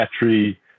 battery